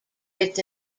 its